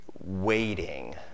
waiting